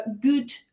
good